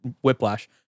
Whiplash